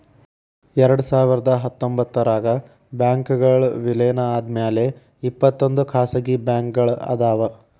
ಎರಡ್ಸಾವಿರದ ಹತ್ತೊಂಬತ್ತರಾಗ ಬ್ಯಾಂಕ್ಗಳ್ ವಿಲೇನ ಆದ್ಮ್ಯಾಲೆ ಇಪ್ಪತ್ತೊಂದ್ ಖಾಸಗಿ ಬ್ಯಾಂಕ್ಗಳ್ ಅದಾವ